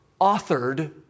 authored